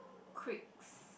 quits